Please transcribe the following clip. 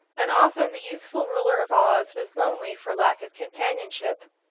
and often the youthful ruler of oz was lonely for lack of companionship.